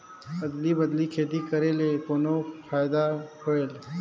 अदली बदली खेती करेले कौन फायदा होयल?